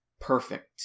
perfect